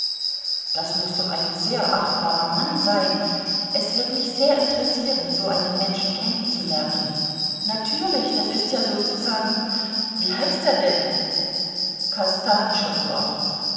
das muß doch ein sehr achtbarer mann sein es wird mich sehr interessieren so einen menschen kennenzulernen natürlich das ist ja sozusagen wie heißt er denn